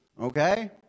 Okay